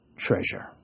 treasure